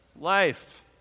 Life